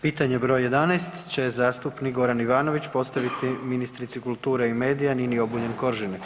Pitanje broj 11 postavit će zastupnik Goran Ivanović, postaviti ministrici kulture i medija Nini Obuljen Koržinek.